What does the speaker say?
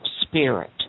spirit